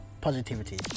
positivity